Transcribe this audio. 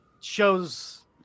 shows